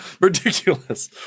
Ridiculous